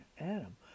Adam